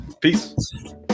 Peace